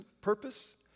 purpose